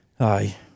Aye